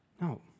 No